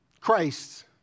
Christ